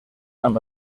amb